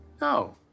No